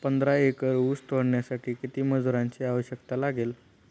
पंधरा एकर ऊस तोडण्यासाठी किती मजुरांची आवश्यकता लागेल?